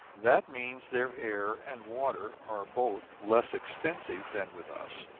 that means, their air and water are both less extensive than with us,